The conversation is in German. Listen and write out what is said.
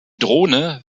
drohne